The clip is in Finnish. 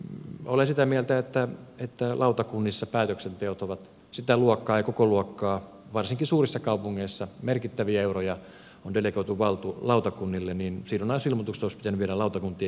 olen sitä mieltä että lautakunnissa päätöksenteot ovat sitä kokoluokkaa varsinkin suurissa kaupungeissa merkittäviä euroja on delegoitu lautakunnille että sidonnaisuusilmoitukset olisi pitänyt viedä lautakuntien jäseniin saakka